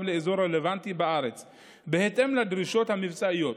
לאזור רלוונטי בארץ בהתאם לדרישות המבצעיות